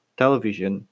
television